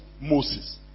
Moses